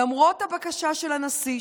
למרות הבקשה של הנשיא,